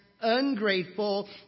ungrateful